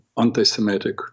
anti-Semitic